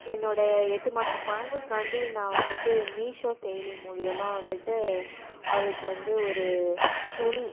என்னோடய எட்டு மாத குழந்தைக்காண்டி நான் வந்துட்டு மீஷோ செயலி மூலயமா வந்துட்டு அவளுக்கு வந்து ஒரு துணி